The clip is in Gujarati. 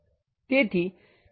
તેથી આ રીતે દેખાતી હોવી જોઈએ